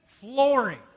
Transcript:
flooring